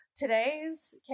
Today's